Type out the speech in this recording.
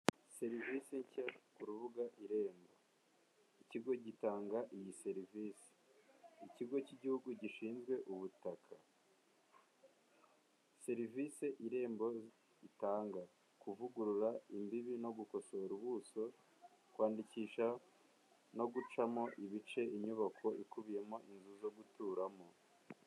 Serivisi nshya ku rubuga Irembo, ikigo gitanga iyi serivisi, ikigo cy'igihugu gishinzwe ubutaka. Serivisi irembo itanga: kuvugurura imbibi no gukosora ubuso, kwandikisha no gucamo ibice inyubako ikubiyemo inzu zo guturamo.